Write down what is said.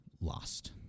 Lost